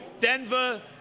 Denver